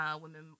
women